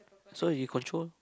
so you control